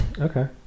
Okay